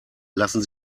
lassen